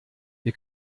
wir